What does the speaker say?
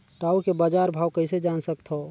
टाऊ के बजार भाव कइसे जान सकथव?